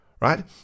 right